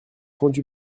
rendu